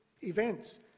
events